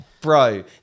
Bro